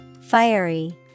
Fiery